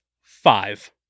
five